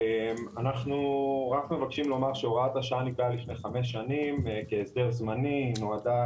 אנחנו מבקשים לומר שהוראת השעה נקבעה לפני חמש שנים כהסדר זמני ונועדה,